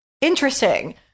Interesting